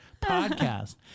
podcast